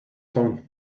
phone